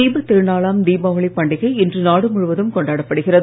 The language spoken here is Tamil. தீபத் திருநாளாம் தீபாவளிப் பண்டிகை இன்று நாடு முழுவதும் கொண்டாடப்படுகிறது